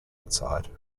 outside